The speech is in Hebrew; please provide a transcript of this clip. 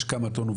יש כמה טון,